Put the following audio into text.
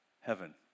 heaven